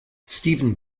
stephen